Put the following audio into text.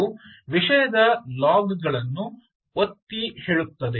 ಇದು ವಿಷಯದ ಲಾಗ್ ಗಳನ್ನು ಒತ್ತಿಹೇಳುತ್ತದೆ